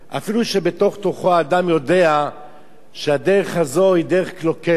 אפילו שבתוך תוכו האדם יודע שהדרך הזאת היא דרך קלוקלת.